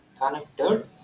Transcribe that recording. connected